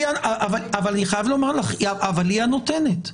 היא הנותנת.